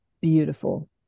beautiful